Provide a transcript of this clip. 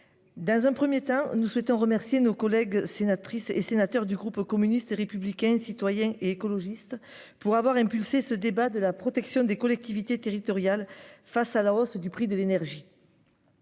Dans un 1er temps, nous souhaitons remercier nos collègues sénatrices et sénateurs du groupe communiste, républicain, citoyen et écologiste pour avoir impulsé ce débat de la protection des collectivités territoriales face à la hausse du prix de l'énergie.--